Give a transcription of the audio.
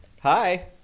Hi